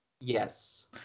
Yes